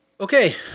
Okay